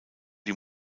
die